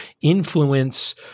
influence